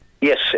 Yes